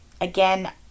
again